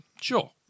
Sure